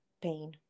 pain